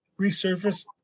resurface